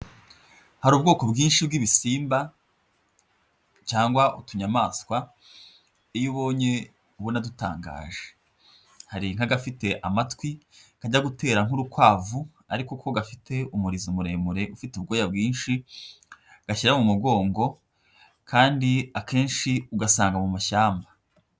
Hari ubwoko bwinshi bw'ibisimba cyangwa utunyamaswa iyo ubonye ubona dutangaje, hari nk'agafite amatwi kajya gutera nk'urukwavu ariko ko gafite umurizo muremure ufite ubwoya bwinshi gashyira mu mugongo kandi akenshi ugasanga mu mashyamba.